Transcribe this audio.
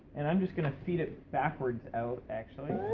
and i'm just gonna feed it backwards out, actually.